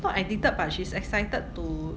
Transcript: not addicted but she's excited to